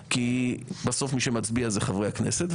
בסוף מי שמצביע חברי הכנסת,